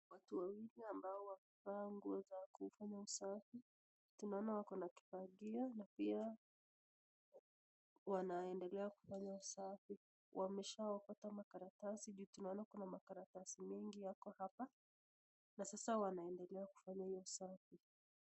Watu wawili amabo wamevaa nguo za kufanya usafi, tunaona wako na kifagio na pia wanendelea kufanya usafi, wameshaaokota makaratasi juu tunaona kuna makaratasi mengi yako hapa na sasa wanaendelea kufanya hio usafi.